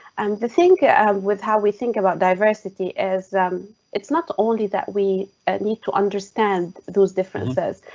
the thing kind of with how we think about diversity is. um it's not only that we ah need to understand those differences.